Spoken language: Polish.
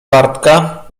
bartka